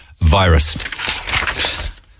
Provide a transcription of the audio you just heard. virus